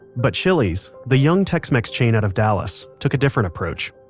but, chili's the young tex-mex chain out of dallas took a different approach.